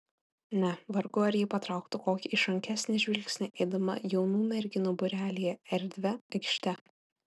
ne vargu ar ji patrauktų kokį išrankesnį žvilgsnį eidama jaunų merginų būrelyje erdvia aikšte